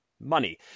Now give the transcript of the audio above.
money